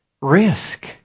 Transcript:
Risk